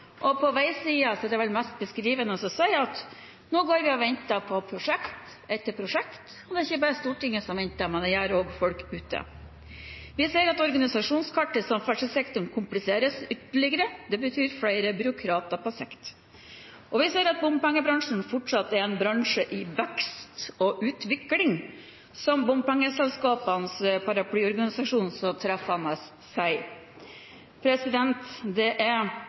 er det vel mest beskrivende å si at vi nå går og venter på prosjekt etter prosjekt – og det er ikke bare Stortinget som venter, det gjør også folk ute. Vi ser at organisasjonskartet i samferdselssektoren kompliseres ytterligere. Det betyr flere byråkrater på sikt. Og vi ser at bompengebransjen fortsatt er «en bransje i vekst og utvikling», som bompengeselskapenes paraplyorganisasjon så treffende sier. Det er